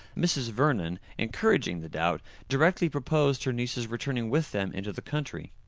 mrs. vernon, encouraging the doubt, directly proposed her niece's returning with them into the country.